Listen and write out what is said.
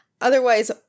otherwise